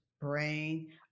brain